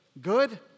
Good